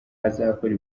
azakora